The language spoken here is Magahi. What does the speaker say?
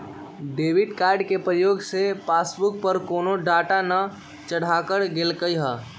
डेबिट कार्ड के प्रयोग से पासबुक पर कोनो डाटा न चढ़ाएकर गेलइ ह